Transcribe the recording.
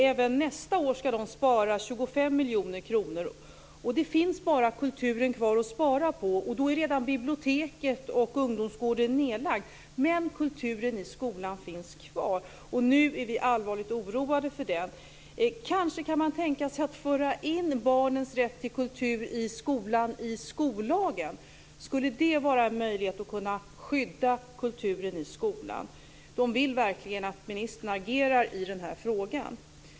Även nästa år skall det sparas 25 miljoner kronor, och det finns bara kulturen kvar att spara på. Då är redan biblioteket och ungdomsgården nedlagda. Men kulturen i skolan finns kvar. Nu är vi allvarligt oroade över den. Kanske kan man tänka sig att föra in barnens rätt till kultur i skolan i skollagen. Skulle det vara en möjlighet att skydda kulturen i skolan? De vill verkligen att ministern agerar i den här frågan.